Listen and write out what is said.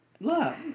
love